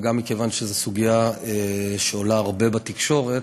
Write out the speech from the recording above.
וגם מכיוון שזו סוגיה שעולה הרבה בתקשורת